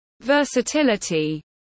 versatility